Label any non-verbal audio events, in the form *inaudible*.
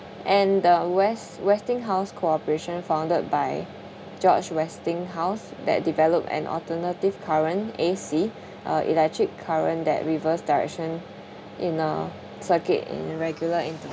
and the west westing house corporation founded by george westinghouse that developed an alternative current A_C *breath* uh electric current that reversed direction in a circuit in regular intervals